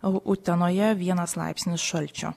o utenoje vienas laipsnis šalčio